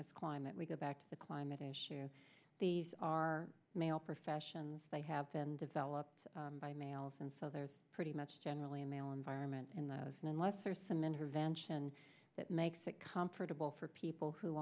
is climate we go back to the climate issue these are male professions they have been developed by males and so there's pretty much generally a male environment and unless there's some intervention that makes it comfortable for people who